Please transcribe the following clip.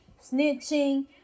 snitching